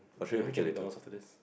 you want to get McDonalds after this